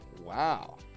Wow